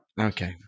Okay